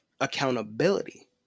accountability